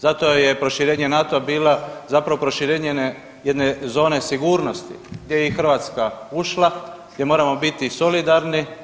Zato je proširenje NATO-a bila, zapravo proširenje jedne zone sigurnosti gdje je i Hrvatska ušla, gdje moramo biti solidarni.